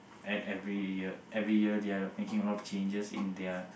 at every year every year they are making a lot of changes in their